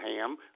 ham